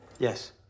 Yes